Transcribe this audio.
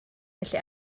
felly